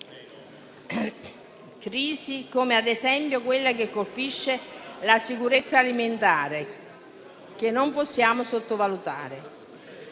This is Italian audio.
crisi come ad esempio quella che colpisce la sicurezza alimentare, che non possiamo sottovalutare.